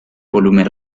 volumen